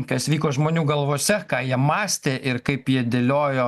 kas vyko žmonių galvose ką jie mąstė ir kaip jie dėliojo